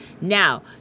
Now